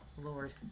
Lord